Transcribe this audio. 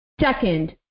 Second